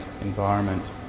environment